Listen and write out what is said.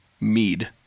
Mead